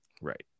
Right